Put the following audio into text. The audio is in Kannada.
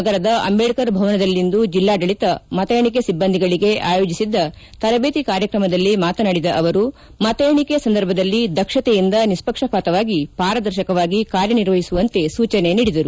ನಗರದ ಅಂಬೇಡ್ಕರ್ ಭವನದಲ್ಲಿಂದು ಜಿಲ್ಲಾಡಳಿತ ಮತ ಎಣಿಕೆ ಸಿಬ್ಬಂದಿಗಳಿಗೆ ಆಯೋಜಿಸಿದ್ದ ತರಬೇತಿ ಕಾರ್ಯಕ್ರಮದಲ್ಲಿ ಮಾತನಾಡಿದ ಅವರು ಮತ ಎಣಿಕೆ ಸಂದರ್ಭದಲ್ಲಿ ದಕ್ಷತೆಯಿಂದ ನಿಷ್ಣಕ್ಷಪಾತವಾಗಿ ಪಾರದರ್ಶಕವಾಗಿ ಕಾರ್ಯನಿರ್ವಹಿಸುವಂತೆ ಸೂಚನೆ ನೀಡಿದರು